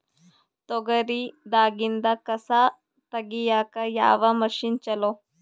ತೊಗರಿ ದಾಗಿಂದ ಕಸಾ ತಗಿಯಕ ಯಾವ ಮಷಿನ್ ಚಲೋ?